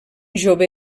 jove